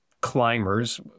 climbers